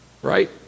right